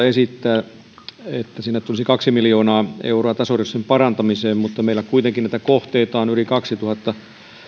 esittää että sinne tulisi kaksi miljoonaa euroa tasoristeysten parantamiseen mutta kun meillä kuitenkin näitä kohteita on yli kaksituhatta